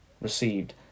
received